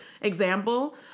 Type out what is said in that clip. example